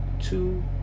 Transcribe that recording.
two